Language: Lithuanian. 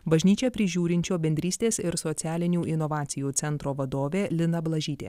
bažnyčią prižiūrinčio bendrystės ir socialinių inovacijų centro vadovė lina blažytė